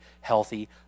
healthy